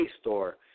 Store